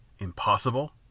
Impossible